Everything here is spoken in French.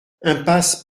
impasse